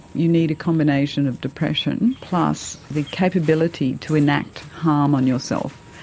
you need a combination of depression plus the capability to enact harm on yourself.